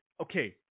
Okay